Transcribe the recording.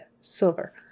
silver